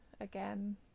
again